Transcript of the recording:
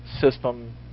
system